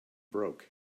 broke